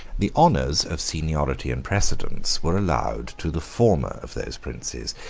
the honors of seniority and precedence were allowed to the former of those princes,